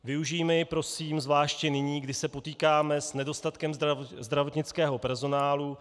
Využijme ji prosím zvláště nyní, kdy se potýkáme s nedostatkem zdravotnického personálu.